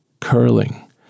curling